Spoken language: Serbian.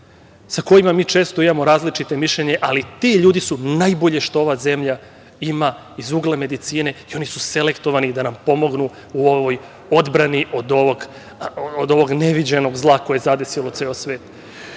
sa kojima mi često imamo različita mišljenja, ali ti ljudi su najbolje što ova zemlja ima iz ugla medicine, i oni su selektovani da nam pomognu u ovoj odbrani od ovog neviđenog zla koje je zadesilo ceo svet.